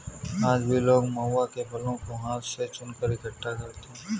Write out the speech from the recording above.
आज भी लोग महुआ के फलों को हाथ से चुनकर इकठ्ठा करते हैं